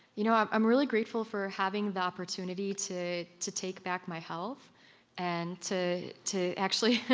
you know i'm i'm really grateful for having the opportunity to to take back my health and to to actually.